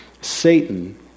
Satan